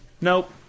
Nope